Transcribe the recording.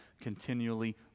continually